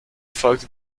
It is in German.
folgte